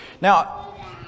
now